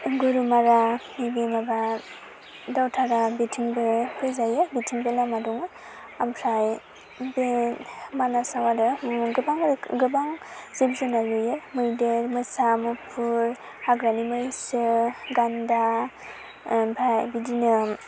गुरुमारा बेनिफ्राय दथारा बिथिंबो फैजायो बिथिंबो लामा दङ आमफ्राय बे मानासआव आरो गोबां रोखोम गोबां जिब जुनाद नुयो मैदेर मोसा मुफुर हाग्रानि मैसो गान्दा ओमफाय बिदिनो